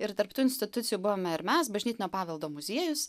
ir tarp tų institucijų buvome ir mes bažnytinio paveldo muziejus